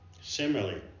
similarly